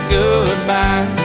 goodbye